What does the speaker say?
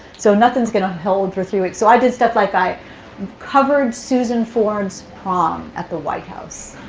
so nothing's going to hold for three weeks. so i did stuff like, i covered susan ford's prom at the white house.